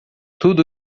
tudo